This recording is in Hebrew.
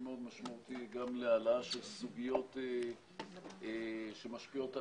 מאוד משמעותי גם להעלאה של סוגיות שמשפיעות על